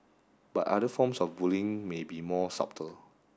but other forms of bullying may be more subtle